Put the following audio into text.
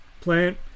Plant